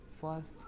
first